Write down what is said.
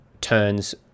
turns